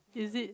is it